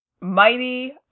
mighty